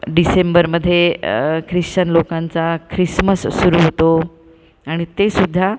डिसेंबरमध्ये ख्रिश्चन लोकांचा ख्रिसमस सुरू होतो आणि तेसुद्धा